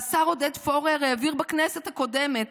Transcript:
והשר עודד פורר העביר בכנסת הקודמת,